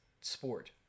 sport